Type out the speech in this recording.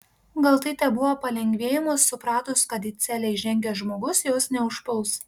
gal tai tebuvo palengvėjimas supratus kad į celę įžengęs žmogus jos neužpuls